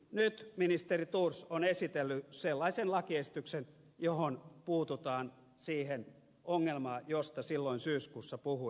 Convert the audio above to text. nyt ministeri thors on esitellyt sellaisen lakiesityksen jossa puututaan siihen ongelmaan josta silloin syyskuussa puhuin